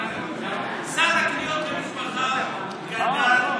סל הקניות של משפחה גדל,